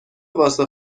واسه